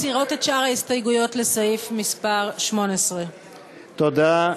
מסירות את שאר ההסתייגויות לסעיף 18. תודה.